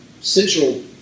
central